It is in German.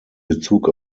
bezug